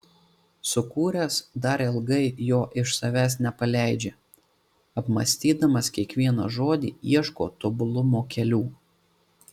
sukūręs dar ilgai jo iš savęs nepaleidžia apmąstydamas kiekvieną žodį ieško tobulumo kelių